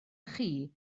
chi